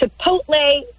Chipotle